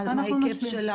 מה ההיקף שלה